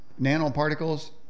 nanoparticles